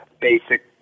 basic